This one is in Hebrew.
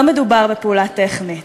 לא מדובר בפעולה טכנית.